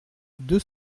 deux